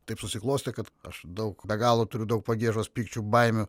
taip susiklostė kad aš daug be galo turiu daug pagiežos pykčių baimių